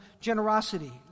generosity